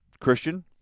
Christian